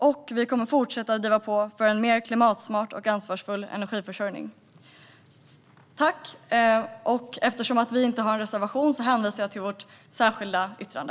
Och vi kommer att fortsätta att driva på för en mer klimatsmart och ansvarsfull energiförsörjning. Eftersom vi inte har en reservation hänvisar jag till vårt särskilda yttrande.